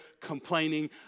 complaining